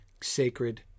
sacred